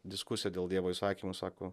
diskusiją dėl dievo įsakymų sako